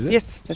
yes,